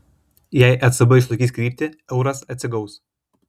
jei ecb išlaikys kryptį euras atsigaus